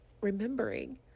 remembering